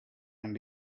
and